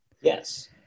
Yes